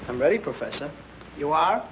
somebody professional you are